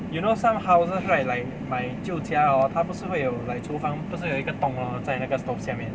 you know some houses right like my 旧家 hor 它不是会有 like 厨房不是有一个洞 lor 在那个 stove 下面